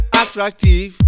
attractive